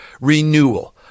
renewal